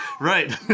Right